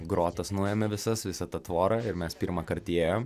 grotas nuėmė visas visą tą tvorą ir mes pirmąkart įėjom